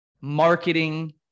marketing